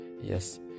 yes